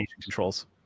controls